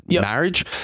marriage